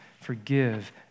forgive